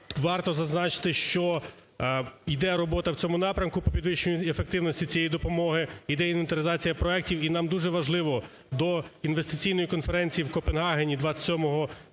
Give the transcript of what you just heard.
Варто зазначити, що іде робота в цьому напрямку по підвищенню і ефективності цієї допомоги, іде інвентаризація проектів. І нам дуже важливо до інвестиційної конференції в Копенгагені 27